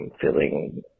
feeling